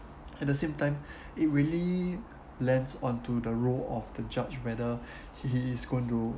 at the same time it really lands onto the role of the judge whether he is going to